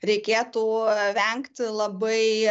reikėtų vengti labai